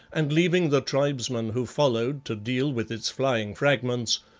and leaving the tribesmen who followed to deal with its flying fragments,